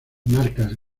marcas